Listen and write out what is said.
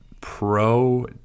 pro